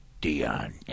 Dion